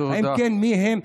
אם כן, מיהם?